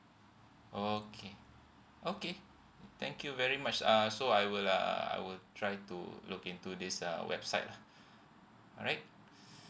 okay okay thank you very much uh so I will uh I will try to look into this uh website ah alright